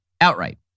outright